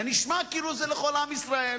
זה נשמע כאילו זה לכל עם ישראל.